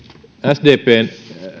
sdpn